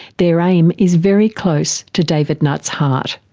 their aim is very close to david nutt's heart,